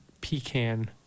pecan